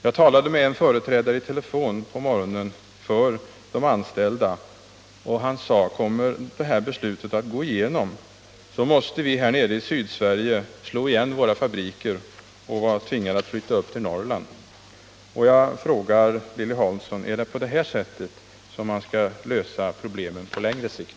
Jag talade på morgonen i telefon med en företrädare för de anställda. Han sade: Kommer det här förslaget att gå igenom, då måste vi här nere i Sydsverige slå igen våra fabriker, och vi tvingas flytta upp till Norrland. Jag vill fråga Lilly Hansson: Är det på det sättet man skall lösa problemen på längre sikt?